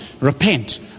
Repent